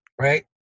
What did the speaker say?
right